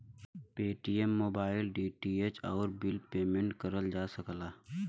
Paytm mobile, DTH, आउर bill payment करल जा सकला